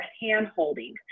hand-holding